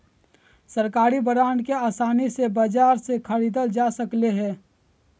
सरकारी बांड के आसानी से बाजार से ख़रीदल जा सकले हें